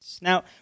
Now